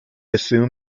assumed